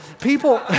People